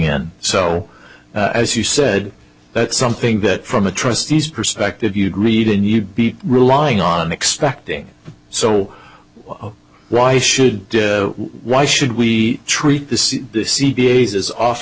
in so as you said that's something that from the trustees perspective you agreed and you'd be relying on expecting so why should why should we treat th